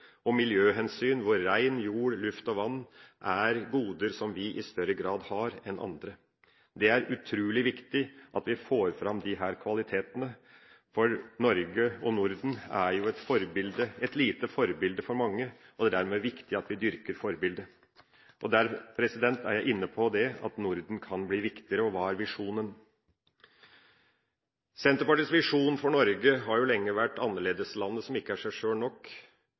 og miljøhensyn, hvor ren jord, luft og vann er goder som vi i større grad har enn andre. Det er utrolig viktig at vi får fram disse kvalitetene, for Norge og Norden er jo et lite forbilde for mange, og det er dermed viktig at vi dyrker forbildet. Da er jeg inne på det at Norden kan bli viktigere. Og hva er visjonen? Senterpartiets visjon for Norge har lenge vært annerledeslandet som ikke er seg sjøl nok.